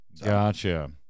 Gotcha